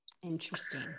Interesting